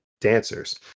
dancers